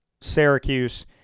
Syracuse